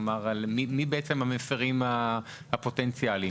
מי בעצם המפירים הפוטנציאליים.